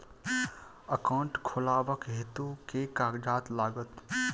Account खोलाबक हेतु केँ कागज लागत?